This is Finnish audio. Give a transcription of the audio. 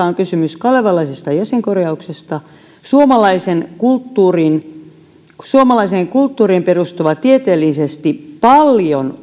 on kysymys kalevalaisesta jäsenkorjauksesta suomalaiseen kulttuuriin suomalaiseen kulttuuriin perustuvasta tieteellisesti paljon